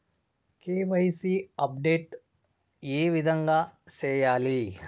KYC update ఏ విధంగా సేయాలి?